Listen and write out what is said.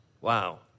Wow